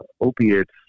opiates